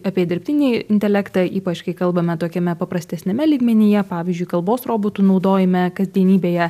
apie dirbtinį intelektą ypač kai kalbame tokiame paprastesniame lygmenyje pavyzdžiui kalbos robotų naudojime kasdienybėje